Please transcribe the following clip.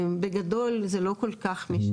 בגדול זה לא כל כך משנה.